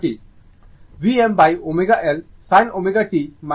Vmω L sin ω t 90 o লিখা যেতে পারে